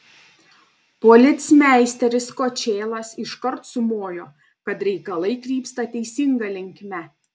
policmeisteris kočėlas iškart sumojo kad reikalai krypsta teisinga linkme